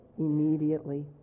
immediately